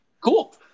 cool